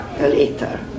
later